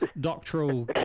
doctoral